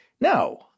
No